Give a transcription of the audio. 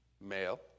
male